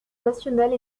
nationale